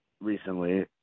recently